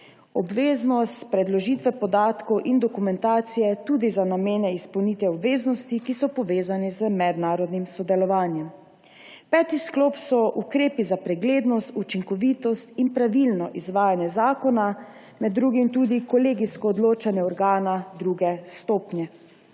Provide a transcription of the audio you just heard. obveznost predložitve podatkov in dokumentacije tudi za namene izpolnitev obveznosti, ki so povezane z mednarodnim sodelovanjem. Peti sklop so ukrepi za preglednost, učinkovitost in pravilno izvajanje zakona, med drugim tudi kolegijsko odločanje organa druge stopnje.